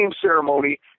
ceremony